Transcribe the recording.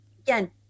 again